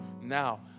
Now